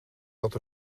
dat